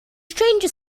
stranger